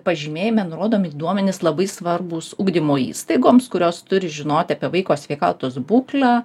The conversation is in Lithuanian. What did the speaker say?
pažymėjime nurodomi duomenys labai svarbūs ugdymo įstaigoms kurios turi žinoti apie vaiko sveikatos būklę